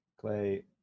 clay